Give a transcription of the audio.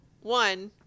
one